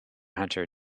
hunter